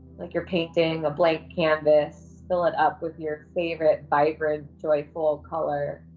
like you're painting a blank canvas. fill it up with your favorite vibrant joyful color,